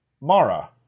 Mara